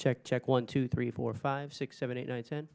check check one two three four five six seven eight nine ten